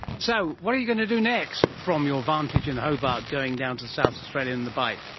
so, what are you going to do next, from your vantage in hobart going down to south australia and the bight?